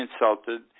insulted